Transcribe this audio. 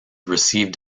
received